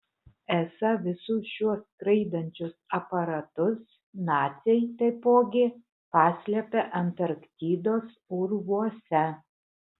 esą visus šiuos skraidančius aparatus naciai taipogi paslėpė antarktidos urvuose